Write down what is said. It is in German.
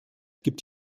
gibt